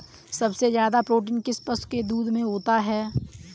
सबसे ज्यादा प्रोटीन किस पशु के दूध में होता है?